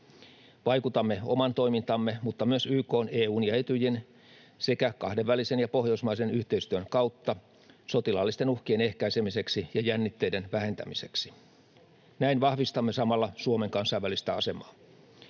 Vaikutamme oman toimintamme mutta myös YK:n, EU:n ja Etyjin sekä kahdenvälisen ja pohjoismaisen yhteistyön kautta sotilaallisten uhkien ehkäisemiseksi ja jännitteiden vähentämiseksi. Näin vahvistamme samalla Suomen kansainvälistä asemaa.